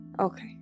Okay